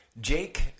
Jake